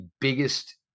biggest